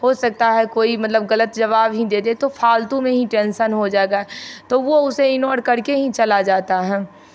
हो सकता है कोई मतलब गलत जवाब ही दे दे तो फालतू में हीं टेन्सन हो जाएगा तो वह इग्नोर कर के ही चला जाता है